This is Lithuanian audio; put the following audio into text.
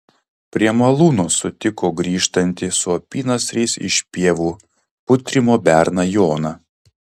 prie malūno sutiko grįžtantį su apynasriais iš pievų putrimo berną joną